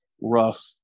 rough